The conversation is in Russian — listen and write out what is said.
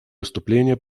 выступление